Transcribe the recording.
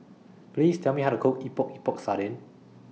Please Tell Me How to Cook Epok Epok Sardin